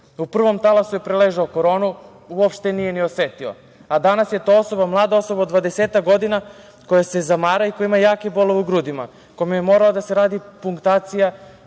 U prvom talasu je preležao koronu, uopšte nije ni osetio, a danas je to osoba mlada osoba od 20-ak godina koja se zamara i koja ima jake bolove u grudima, kome je morala da se radi punktacija,